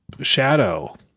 shadow